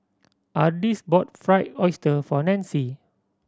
Ardis bought Fried Oyster for Nancy